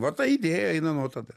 va ta idėja eina nuo tada